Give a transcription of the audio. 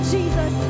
Jesus